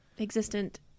existent